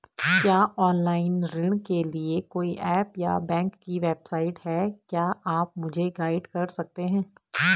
क्या ऑनलाइन ऋण के लिए कोई ऐप या बैंक की वेबसाइट है क्या आप मुझे गाइड कर सकते हैं?